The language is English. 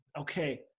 okay